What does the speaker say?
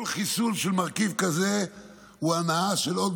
כל חיסול של מרכיב כזה הוא הנעה של עוד